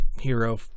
Hero